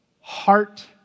heart